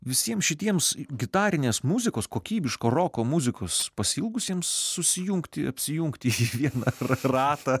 visiems šitiems gitarinės muzikos kokybiško roko muzikos pasiilgusiems susijungti apsijungti į vieną ratą